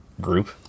group